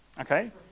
okay